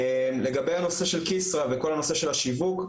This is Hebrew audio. לגבי הנושא של כסרא וכל הנושא של השיווק,